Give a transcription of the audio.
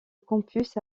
campus